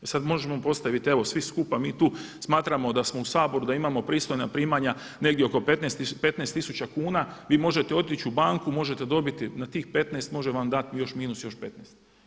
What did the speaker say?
E sada možemo postaviti evo svi skupa mi tu smatramo da smo u Saboru da imamo pristojna primanja negdje oko 15 tisuća kuna, vi možete otići u banku, možete dobiti, na tih 15 može vam dati još minus još 15.